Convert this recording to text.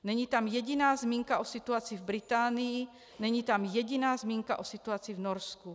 Není tam jediná zmínka o situaci v Británii, není tam jediná zmínka o situaci v Norsku.